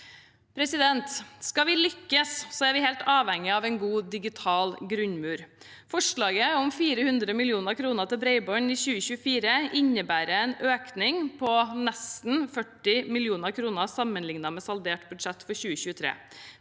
næringsliv. Skal vi lykkes, er vi helt avhengige av en god digital grunnmur. Forslaget om 400 mill. kr til bredbånd i 2024 innebærer en økning på nesten 40 mill. kr sammenlignet med saldert budsjett for 2023.